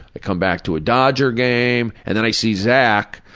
i come back to a dodger game, and then i see zach,